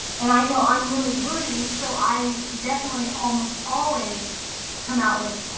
and i know i'm really wordy, so i definitely almost always come out with